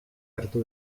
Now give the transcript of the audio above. hartu